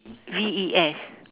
V E S